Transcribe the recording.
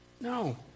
No